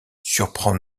surprend